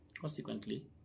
consequently